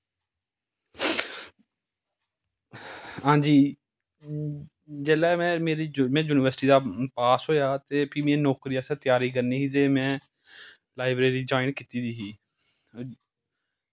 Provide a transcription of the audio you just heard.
आं जी जेल्लै में में यूनिवर्सिटी दा पास होआ ते भी में नौकरी आस्तै त्यारी करनी ही ते में लाईब्रेरी ज्वाईन कीती दी ही